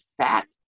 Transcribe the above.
fat